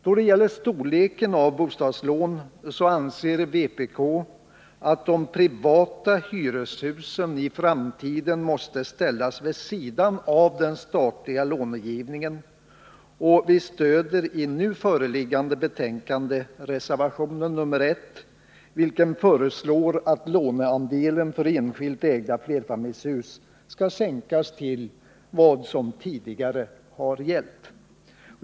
Då det gäller storleken av bostadslån anser vpk att de privata hyreshusen i framtiden måste ställas vid sidan av den statliga lånegivningen, och vi stöder i nu föreliggande betänkande reservationen nr 1, vilken föreslår att låneandelen för enskilt ägda flerfamiljshus skall sänkas till vad som tidigare gällt.